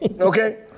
okay